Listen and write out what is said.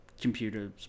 computers